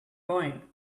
going